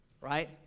right